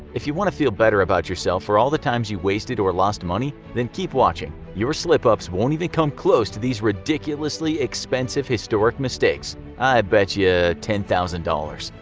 if you want to feel better about yourself for all the times you wasted or lost money, then keep watching. your slip-ups won't even come close to these ridiculously expensive historic mistakes i'll bet you yeah ten thousand dollars.